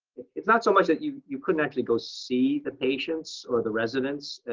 it's not so much that you you couldn't actually go see the patients or the residents.